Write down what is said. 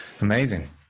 Amazing